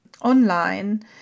online